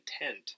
intent